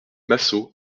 massot